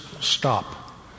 Stop